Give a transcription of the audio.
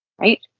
right